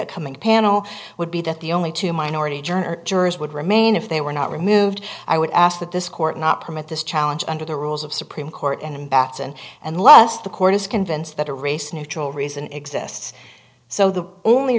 the coming panel would be that the only two minority jerk jurors would remain if they were not removed i would ask that this court not permit this challenge under the rules of supreme court and bats and unless the court is convinced that a race neutral reason exists so the only